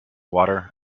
water